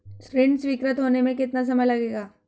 ऋण स्वीकृत होने में कितना समय लगेगा?